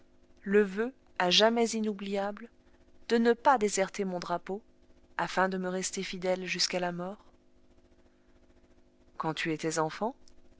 le voeu à jamais inoubliable de ne pas déserter mon drapeau afin de me rester fidèle jusqu'à la mort quand tu étais enfant